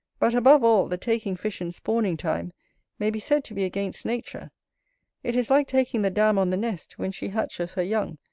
but, above all, the taking fish in spawning-time may be said to be against nature it is like taking the dam on the nest when she hatches her young,